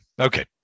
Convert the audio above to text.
Okay